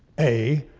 a,